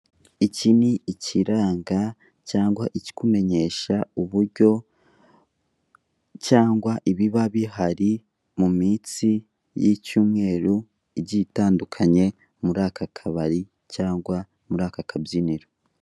Iki ni ikiranga cyangwa ikikumenyesha uburyo cyangwa ibiba bihari mu minsi y'icyumweru igiye itandukanye muri aka kabari cyangwa muri aka kabyiniro.